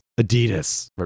Adidas